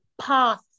path